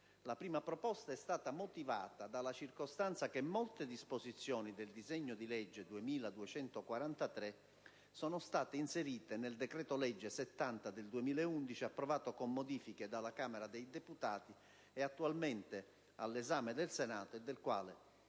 La prima proposta è stata motivata dalla circostanza che molte disposizioni del disegno di legge n. 2243 sono state inserite nel decreto-legge n. 70 del 2011, approvato, con modifiche, dalla Camera dei deputati e attualmente all'esame del Senato e che, come